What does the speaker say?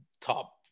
top